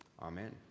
Amen